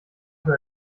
für